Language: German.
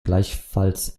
gleichfalls